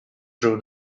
drove